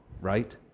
right